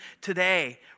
today